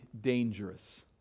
dangerous